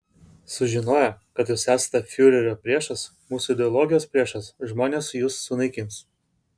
sužinoję kad jūs esate fiurerio priešas mūsų ideologijos priešas žmonės jus sunaikins